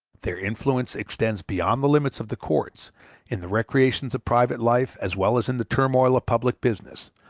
their influence extends beyond the limits of the courts in the recreations of private life as well as in the turmoil of public business,